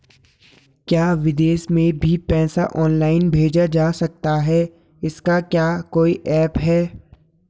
क्या विदेश में भी पैसा ऑनलाइन भेजा जा सकता है इसका क्या कोई ऐप है?